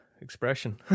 expression